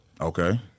Okay